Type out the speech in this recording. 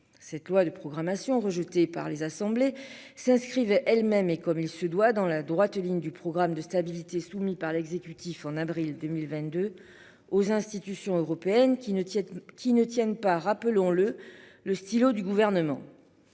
Cette loi de programmation rejetée par les assemblées s'inscrivaient elles-mêmes et comme il se doit dans la droite ligne du programme de stabilité soumis par l'exécutif en avril 2022 aux institutions européennes qui ne tiennent qui ne tiennent pas, rappelons-le, le stylo du gouvernement.